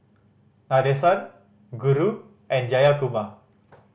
Nadesan Guru and Jayakumar